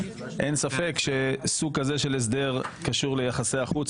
אין ספק שסוג כזה של הסדר קשור ליחסי החוץ.